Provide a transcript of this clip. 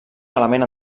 element